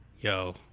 Yo